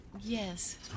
Yes